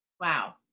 Wow